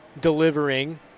delivering